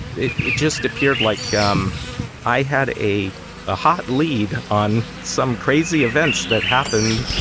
it it just appeared like um i had a ah hot lead on some crazy events that happened,